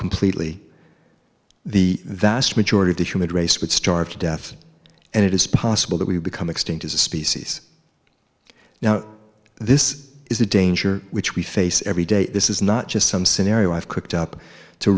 completely the vast majority of the human race would starve to death and it is possible that we would become extinct as a species now this is a danger which we face every day this is not just some scenario i've cooked up to